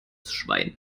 schwein